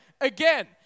again